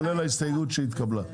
כולל ההסתייגות שהתקבלה.